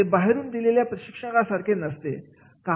हे बाहेरून दिलेल्या प्रशिक्षणा सारखे नसते